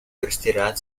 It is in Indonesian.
beristirahat